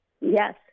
Yes